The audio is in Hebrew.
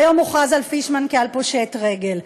והיום הוכרז פישמן כפושט רגל.